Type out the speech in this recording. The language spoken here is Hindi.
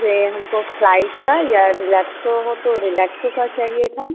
ये हमको फ्लाइट का या रिलैक्सो हो तो रिलैक्सो का चाहिए था